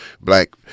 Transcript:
Black